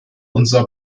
unser